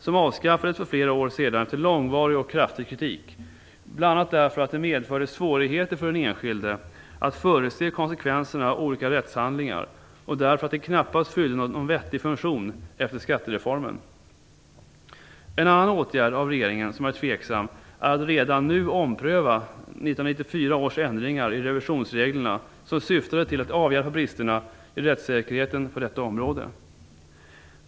Den avskaffades för flera år sedan efter långvarig och kraftig kritik, bl.a. därför att den medförde svårigheter för den enskilde att förutse konsekvenserna av olika rättshandlingar och därför att den knappast fyllde någon vettig funktion efter skattereformen. En annan tveksam åtgärd av regeringen är att redan nu ompröva 1994 års ändringar i revisionsreglerna som syftade till att avhjälpa bristerna i rättssäkerheten på detta område.